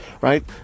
right